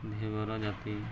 ଧିବର ଜାତି